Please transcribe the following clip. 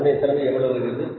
அதனுடைய செலவு எவ்வளவு வருகிறது